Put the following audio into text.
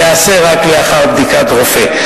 ייעשה רק לאחר בדיקת רופא.